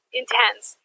intense